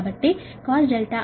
కాబట్టి cosR 0